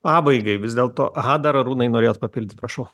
pabaigai vis dėlto aha dar arūnai norėjot papildyt prašau